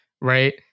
right